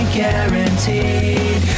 guaranteed